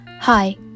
Hi